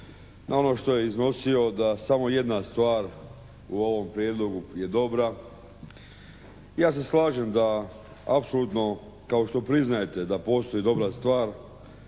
na ono što je iznosio da samo jedna stvar u ovom Prijedlogu je dobra. Ja se slažem da apsolutno kao što priznajete da postoji dobra stvar